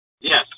Yes